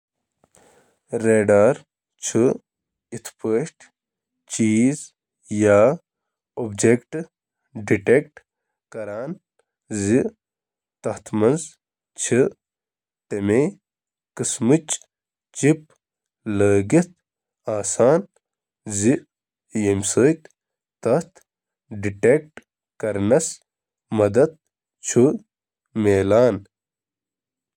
لفظ ریڈار چُھ مخفف ریڈیو ڈیٹیکشن تہٕ رینجنگ پیٹھ آمُت۔ یتھ کٔنۍ زَن ناوٕ سۭتۍ چُھ ظٲہر گژھان، ریڈار چِھ ریڈیو لہرن ہنٛد استعمال کران تاکہ یمن اہدافن ہنٛد فٲصلہٕ تہٕ رفتارُک تعین ییہٕ کرنہٕ یم تم